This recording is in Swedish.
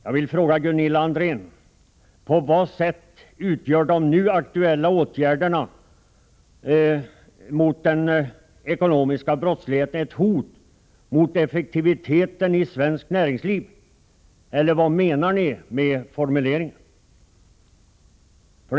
Jag frågar Gunilla André: På vad sätt utgör de nu aktuella åtgärderna mot den ekonomiska brottsligheten ett hot mot effektiviteten i svenskt näringsliv? Eller vad menar ni med formuleringen? 3.